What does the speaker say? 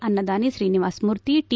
Annadani Srinivasamurthy T